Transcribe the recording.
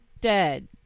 dead